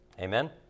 Amen